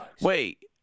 wait